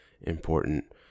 important